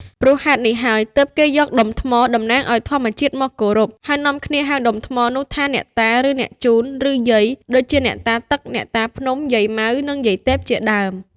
ព្រោះហេតុនេះហើយ ទើបគេយក ដុំថ្មតំណាងឱ្យធម្មជាតិមកគោរព ហើយនាំគ្នាហៅដុំថ្មនោះថា អ្នកតា ឬ អ្នកជូន ឬ យាយ ដូចជាអ្នកតាទឹក អ្នកតាភ្នំ យាយម៉ៅ និងយាយទេពជាដើម។